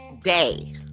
day